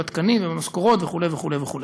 בתקנים ובמשכורות וכו' וכו' וכו'.